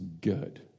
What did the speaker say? good